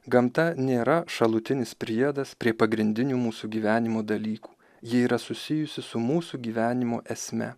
gamta nėra šalutinis priedas prie pagrindinių mūsų gyvenimo dalykų ji yra susijusi su mūsų gyvenimo esme